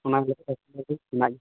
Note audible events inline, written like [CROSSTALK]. ᱚᱱᱟ [UNINTELLIGIBLE] ᱦᱮᱱᱟᱜ ᱜᱮᱭᱟ